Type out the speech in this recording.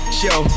show